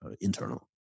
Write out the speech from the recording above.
internal